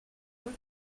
sont